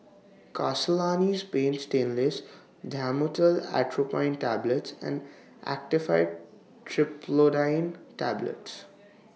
Castellani's Paint Stainless Dhamotil Atropine Tablets and Actifed Triprolidine Tablets